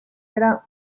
era